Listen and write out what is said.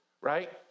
right